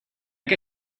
que